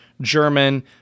German